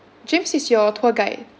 james is your tour guide